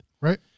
Right